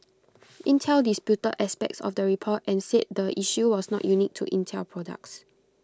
Intel disputed aspects of the report and said the issue was not unique to Intel products